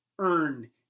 earn